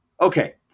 Okay